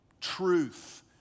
truth